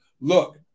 Look